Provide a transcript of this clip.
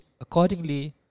accordingly